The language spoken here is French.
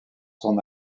son